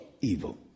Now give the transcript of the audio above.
Evil